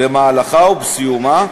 במהלכה ובסיומה,